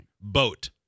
Boat